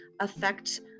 affect